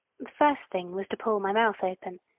first thing was to pull my mouth open,